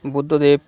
Buddhadeb